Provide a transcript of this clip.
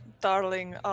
darling